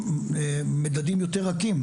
אבל אנחנו לא באירוע חוקתי בעת מתן עדיפות לקייטנות.